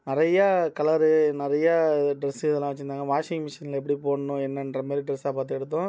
நிறையா கலர் நிறையா ட்ரெஸ் இதெல்லாம் வச்சுருந்தாங்க வாஷிங்மிஷினில் எப்படி போடணும் என்னென்ற மாதிரி ட்ரெஸ்ஸாம் பார்த்து எடுத்தோம்